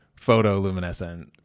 photoluminescent